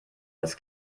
das